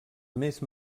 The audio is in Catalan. més